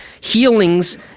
healings